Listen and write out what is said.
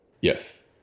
Yes